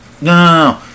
no